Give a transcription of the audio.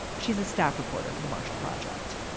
she's a staff reporter for the marshall project.